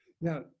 Now